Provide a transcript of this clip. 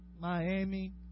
Miami